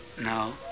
No